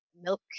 milk